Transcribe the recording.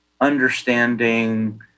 understanding